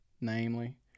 namely